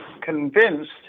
convinced